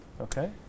okay